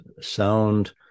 sound